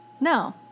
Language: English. No